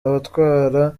ibinyabiziga